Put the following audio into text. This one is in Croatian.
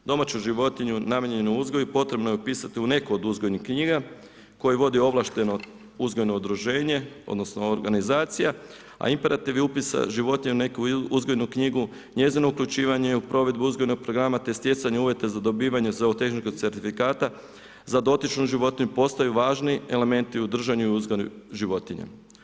Domaću životinju, namijenjenu uzgoju, potrebnu ju je upisati u neku od uzgojnih knjiga koje vodi ovlašteno uzgojno udruženje, odnosno, organizacija, a imperativ je upisa životinja u neku uzgojnu knjigu, njezino uključivanje u provedbu uzgojnog programa, te stjecanje uvjeta za dobivanje zoo tehničkog certifikata, za dotičnu životinju, postaju važni elementi u držanju i uzgoju životinja.